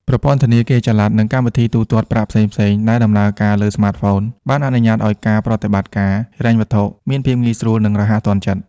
ប្រព័ន្ធធនាគារចល័ត និងកម្មវិធីទូទាត់ប្រាក់ផ្សេងៗដែលដំណើរការលើ ស្មាតហ្វូន បានអនុញ្ញាតឲ្យការធ្វើប្រតិបត្តិការហិរញ្ញវត្ថុមានភាព ងាយស្រួល និងរហ័សទាន់ចិត្ត ។